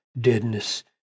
deadness